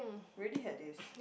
we already had this